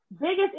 biggest